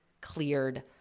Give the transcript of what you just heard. cleared